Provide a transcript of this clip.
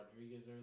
Rodriguez